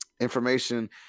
information